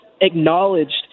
acknowledged